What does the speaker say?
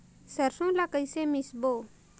सरसो ला कइसे मिसबो?